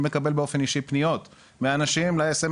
אני מקבל באופן אישי פניות מאנשים ל- SMS